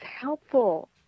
helpful